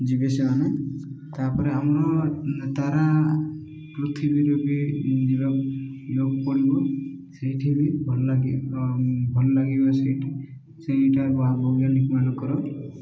ଯିବେ ସେମାନେ ତାପରେ ଆମର ତାରା ପୃଥିବୀରୁ ବି ଯିବା ଯୋଗ ପଡ଼ିବ ସେଇଠି ବି ଭଲ ଲାଗିବ ଭଲ ଲାଗିବ ସେଇି ସେଇଟା ବୈଜ୍ଞାନିକ ମାନଙ୍କର